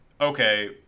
okay